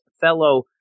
fellow